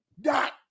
dot